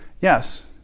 Yes